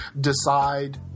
decide